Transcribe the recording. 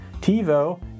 TiVo